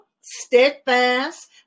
steadfast